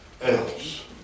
else